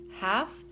half